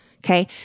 Okay